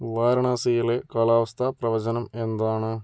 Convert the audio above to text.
വാരണാസിയിലെ കാലാവസ്ഥ പ്രവചനം എന്താണ്